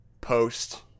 Post